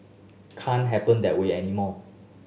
can't happen that way anymore